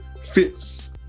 fits